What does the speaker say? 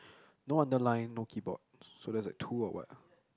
no underline no keyboard so that's like two or what